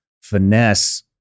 finesse